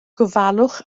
gofalwch